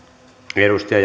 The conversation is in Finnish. arvoisa